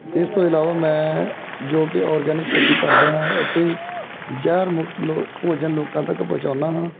ਇਸ ਤੋਂ ਇਲਾਵਾ ਮੈਂ ਜੋ ਕਿ ਔਰਗੈਨਿਕ ਖੇਤੀ ਕਰਦਾ ਹਾਂ ਅਤੇ ਜ਼ਹਿਰ ਮੁਕਤ ਲੋਕ ਭੋਜਨ ਲੋਕਾਂ ਤੱਕ ਪਹੁੰਚਾਉਂਦਾ ਹਾਂ